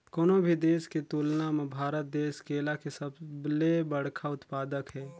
कोनो भी देश के तुलना म भारत देश केला के सबले बड़खा उत्पादक हे